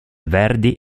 verdi